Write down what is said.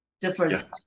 different